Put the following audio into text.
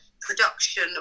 production